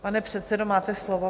Pane předsedo, máte slovo.